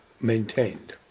maintained